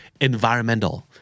environmental